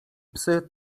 psy